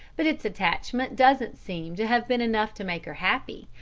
but its attachment doesn't seem to have been enough to make her happy,